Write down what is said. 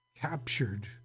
captured